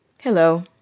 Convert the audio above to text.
Hello